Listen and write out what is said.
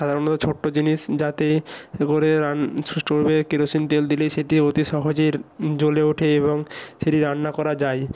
সাধারণত ছোট্টো জিনিস যাতে করে রান সুষ্ঠুভাবে কেরোসিন তেল দিলেই সেটি অতি সহজের জ্বলে ওঠে এবং সেটি রান্না করা যায়